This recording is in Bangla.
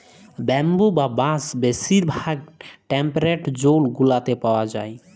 ব্যাম্বু বা বাঁশ বেশির ভাগ টেম্পরেট জোল গুলাতে পাউয়া যায়